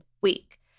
week